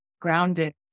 grounded